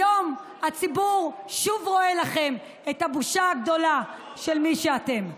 היום הציבור שוב רואה לכם את הבושה הגדולה של מי שאתם.